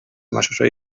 amashusho